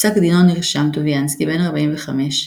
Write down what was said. בפסק דינו נרשם "טוביאנסקי, בן 45,